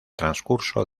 transcurso